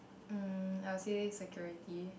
mm I will say security